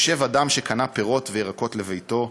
יושב אדם שקנה פירות וירקות לביתו'".